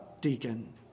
deacon